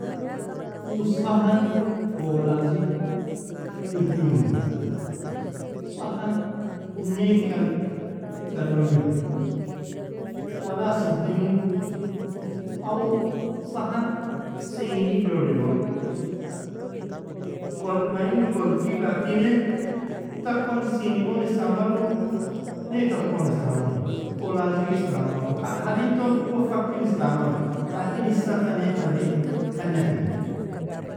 Uu sahaan fuolaazig irbimu sahaan neykal ka dolilu walaa siddimu au sahaan siini dolilul. Mainnu korjii lakiney takaon siini gon istaamalu, neykal kon istaamalu, fuolazig istaamalmu. Hadid ton uwo fakkil istaamalu, lakin istataa neykaalin tagnafi.